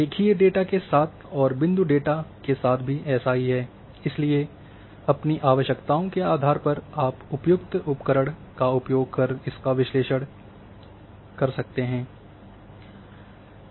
रेखीय डेटा के साथ और बिंदु डेटा के साथ भी ऐसा ही है इसलिए अपनी आवश्यकताओं के आधार पर आप उपयुक्त उपकरण का उपयोग कर इसका विश्लेषण करेंगे